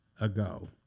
ago